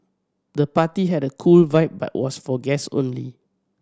the party had a cool vibe but was for guest only